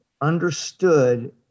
understood